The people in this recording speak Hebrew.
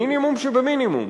מינימום שבמינימום,